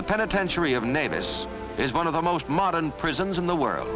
the penitentiary of nevis is one of the most modern prisons in the world